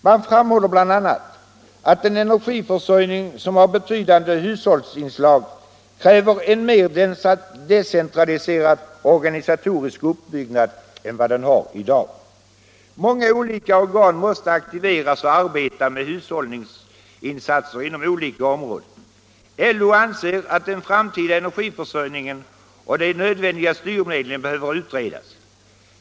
Man framhåller bl.a. att en energiförsörjning som har betydande hushållningsinslag kräver en mer decentraliserad organisatorisk uppbyggnad. Många olika organ måste aktiveras och arbeta med hushållningsinsatser inom olika områden. LO anser att den framtida energiförsörjningen och de nödvändiga styrmedlen behöver utredas.